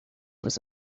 was